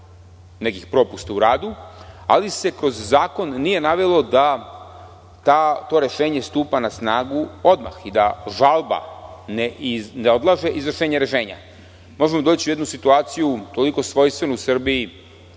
nekih propusta u radu, ali se kroz zakon nije navelo da to rešenje stupa na snagu odmah i da žalba ne odlaže izvršenje rešenja. Možemo doći u jednu situaciju, toliko svojstvenu u Srbiji,